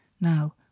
Now